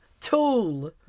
Tool